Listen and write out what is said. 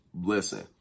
Listen